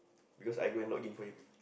because I go an log in for him